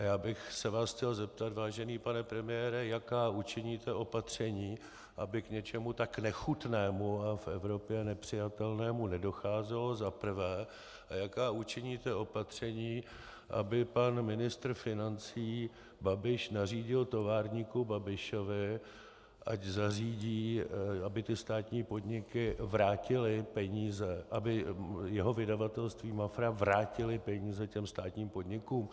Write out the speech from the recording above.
Já bych se vás chtěl zeptat, vážený pane premiére, jaká učiníte opatření, aby k něčemu tak nechutnému a v Evropě nepřijatelnému nedocházelo, za prvé, a jaká učiníte opatření, aby pan ministr financí Babiš nařídil továrníku Babišovi, ať zařídí, aby státní podniky vrátily peníze aby jeho vydavatelství Mafra vrátilo peníze těm státním podnikům.